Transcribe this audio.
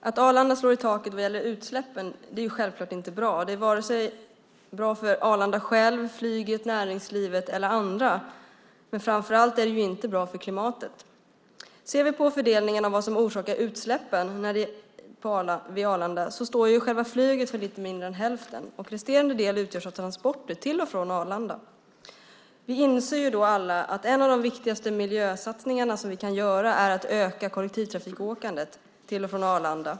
Fru talman! Det är självfallet inte bra att Arlanda slår i taket när det gäller utsläppen. Det är inte bra för Arlanda självt, flyget, näringslivet eller andra, och framför allt är det inte bra för klimatet. Själva flyget står för lite mindre än hälften av utsläppen på Arlanda. Resterande del utgörs av transporter till och från Arlanda. Då inser vi alla att en av de viktigaste miljösatsningar som vi kan göra är att öka kollektivtrafikåkandet till och från Arlanda.